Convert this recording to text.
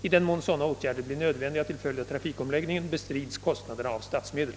I den mån sådana åtgärder blir nödvändiga till följd av trafikomläggningen, bestrids kostnaderna av statsmedel.